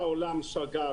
בעולם,